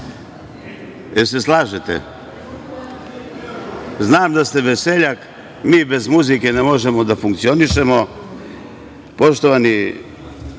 Dali se slažete? Znam da ste veseljak. Mi bez muzike ne možemo da funkcionišemo. Poštovani